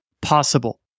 possible